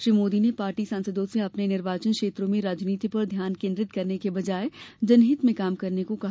श्री मोदी ने पार्टी सांसदों से अपने निर्वाचन क्षेत्रों में राजनीति पर ध्यान केन्द्रित करने की बजाय जनहित में काम करने को कहा